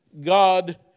God